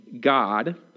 God